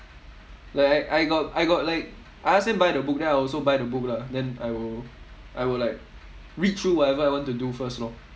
like I I got I got like I ask them buy the book then I also buy the book lah then I will I will like read through whatever I want to do first lor